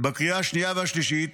בקריאה השנייה והשלישית